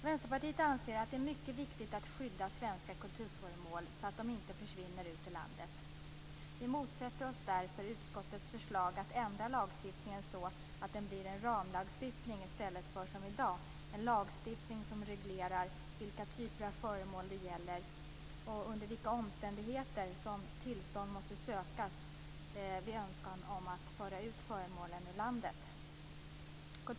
Vänsterpartiet anser att det är mycket viktigt att skydda svenska kulturföremål så att de inte försvinner ut ur landet. Vi motsätter oss därför utskottets förslag att ändra lagstiftningen så, att det blir en ramlagstiftning i stället för som i dag en lagstiftning som reglerar vilka typer av föremål det gäller och under vilka omständigheter som tillstånd måste sökas vid önskan om att föra ut föremålen ur landet.